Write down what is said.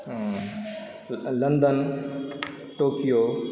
London Tokyo